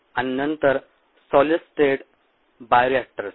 आणि नंतर solid state bioreactors